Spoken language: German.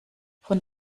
von